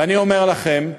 ואני אומר לכם שיש,